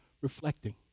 reflecting